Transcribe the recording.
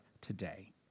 today